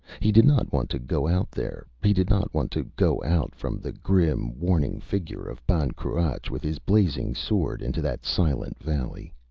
he did not want to go out there. he did not want to go out from the grim, warning figure of ban cruach with his blazing sword, into that silent valley.